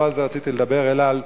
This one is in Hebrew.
אבל לא על זה רציתי לדבר אלא על